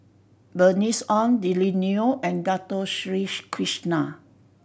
Bernice Ong Lily Neo and Dato Sri Krishna